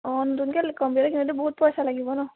অঁ নতুনকৈ কম্পিউটাৰটো কিনোতে বহুত পইছা লাগিব ন